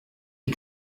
die